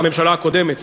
הממשלה הקודמת,